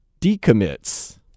decommits